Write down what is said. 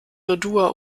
dodua